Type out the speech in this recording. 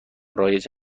رایج